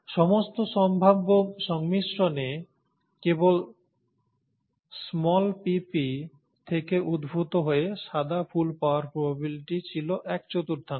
সমস্ত সম্ভাব্য সংমিশ্রনে কেবল pp থেকে উদ্ভূত হয়ে সাদা ফুল পাওয়ার প্রবাবিলিটি ছিল এক চতুর্থাংশ